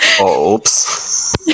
Oops